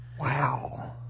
Wow